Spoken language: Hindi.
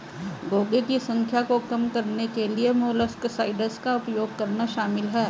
घोंघे की संख्या को कम करने के लिए मोलस्कसाइड्स का उपयोग करना शामिल है